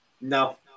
No